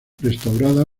restaurada